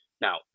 Now